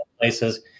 places